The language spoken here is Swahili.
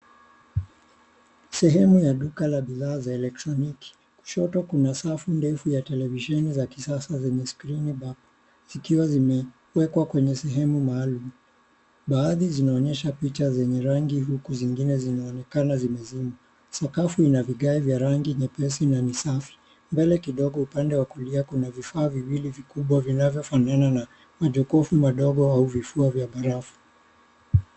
Sehemu ya duka la bidhaa za elektroniki. Kushoto kuna safu ndefu ya televisheni za kisasa zenye screen bar zikiwa zimewekwa kwenye sehemu maalum. Baadhi zinaonyesha picha zenye rangi huku zingine zinaonekana zimezimwa. Sakafu ina vigae vya rangi nyepesi na ni safi. Mbele kidogo upande wa kulia kuna vifaa viwili vikubwa vinavyofanana na majokofu madogo au vifua vya barafu.